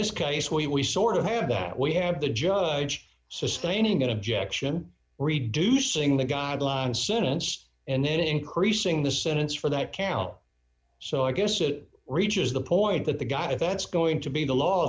this case we we sort of have that we have the judge sustaining an objection reducing the guideline sentence and increasing the sentence for that count so i guess it reaches the point that the god if that's going to be the law